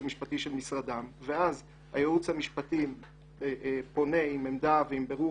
המשפטי של משרדם ואז הייעוץ המשפטי פונה עם עמדה ועם בירור